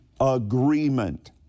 agreement